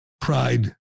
pride